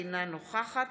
אינה נוכחת